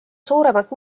suuremat